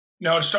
No